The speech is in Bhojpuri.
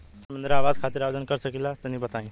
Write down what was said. हम इंद्रा आवास खातिर आवेदन कर सकिला तनि बताई?